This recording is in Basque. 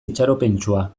itxaropentsua